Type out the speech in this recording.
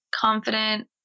confident